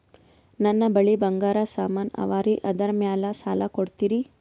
ನನ್ನ ಬಳಿ ಬಂಗಾರ ಸಾಮಾನ ಅವರಿ ಅದರ ಮ್ಯಾಲ ಸಾಲ ಕೊಡ್ತೀರಿ?